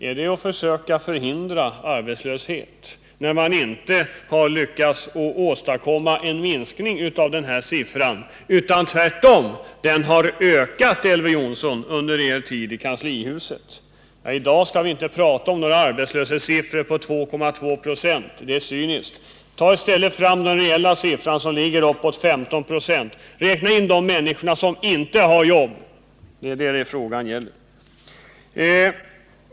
Är det att försöka förhindra arbetslösheten när man inte har lyckats åstadkomma en minskning av denna siffra, utan den tvärtom har ökat, Elver Jonsson, under folkpartiets tid i kanslihuset? I dag skall vi inte tala om några arbetslöshetssiffror på 2,2 26. Det vore cyniskt. Ta i stället fram den reella siffran, som ligger uppåt 15 96. Räkna in dem som inte har jobb. Det är det frågan gäller.